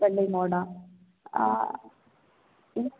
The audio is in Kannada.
ಬೆಳ್ಳಿಮೋಡ ಏನು